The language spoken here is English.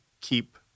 Keep